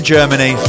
Germany